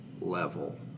level